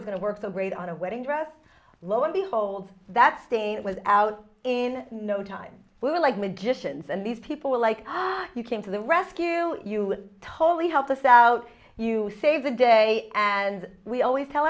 was going to work so great on a wedding dress lo and behold that stain was out in no time we were like magicians and these people are like you came to the rescue you totally help us out you save the day and we always tell